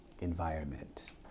environment